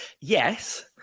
Yes